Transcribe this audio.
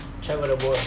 travel the world